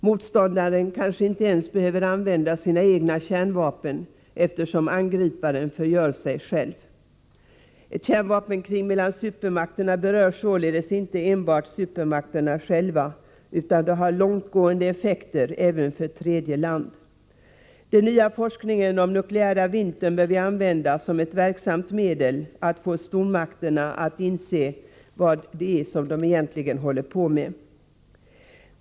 Motståndaren kanske inte ens behöver använda sina egna kärnvapen, eftersom angriparen förgör sig själv. Ett kärnvapenkrig mellan supermakterna berör således inte enbart supermakterna själva, utan har långtgående effekter även för tredje land. Den nya forskningen om den nukleära vintern bör vi använda som ett verksamt medel för att få stormakterna att inse vad det är som de egentligen håller på med.